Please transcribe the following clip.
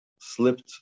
slipped